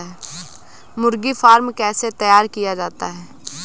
मुर्गी फार्म कैसे तैयार किया जाता है?